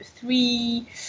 three